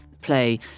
play